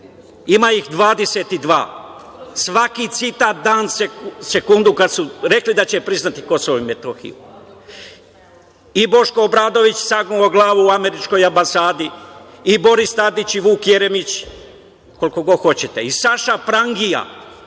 Ima ih 22. Svaki citat, dan, sekundu kada su rekli da će priznati Kosovo i Metohiju. I Boško Obradović, sagnuo glavu u Američkoj ambasadi i Boris Tadić i Vuk Jeremić, koliko god hoćete. I Saša prangija,